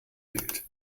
bild